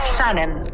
Shannon